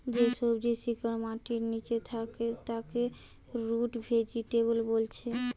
যে সবজির শিকড় মাটির লিচে থাকছে তাকে রুট ভেজিটেবল বোলছে